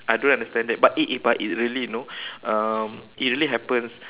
I don't understand that but it it but it really you know um it really happens